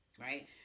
right